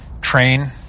train